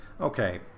Okay